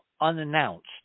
unannounced